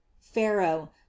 pharaoh